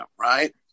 right